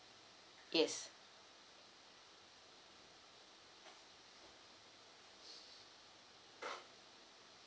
yes